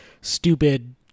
stupid